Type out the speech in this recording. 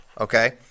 okay